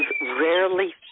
rarely